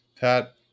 Pat